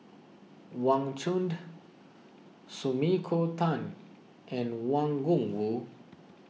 Wang Chunde Sumiko Tan and Wang Gungwu